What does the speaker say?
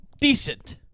decent